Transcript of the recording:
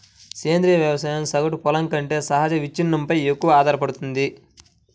సేంద్రీయ వ్యవసాయం సగటు పొలం కంటే సహజ విచ్ఛిన్నంపై ఎక్కువగా ఆధారపడుతుంది